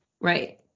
Right